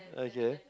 okay